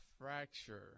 fracture